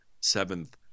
seventh